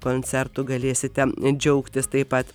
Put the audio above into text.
koncertu galėsite džiaugtis taip pat